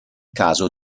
caso